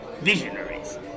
visionaries